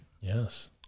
Yes